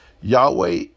Yahweh